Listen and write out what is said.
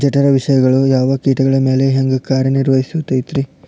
ಜಠರ ವಿಷಗಳು ಯಾವ ಕೇಟಗಳ ಮ್ಯಾಲೆ ಹ್ಯಾಂಗ ಕಾರ್ಯ ನಿರ್ವಹಿಸತೈತ್ರಿ?